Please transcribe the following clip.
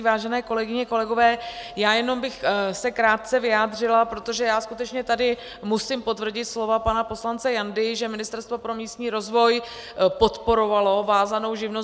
Vážené kolegyně, kolegové, jenom bych se krátce vyjádřila, protože skutečně tady musím potvrdit slova pana poslance Jandy, že Ministerstvo pro místní rozvoj podporovalo vázanou živnost.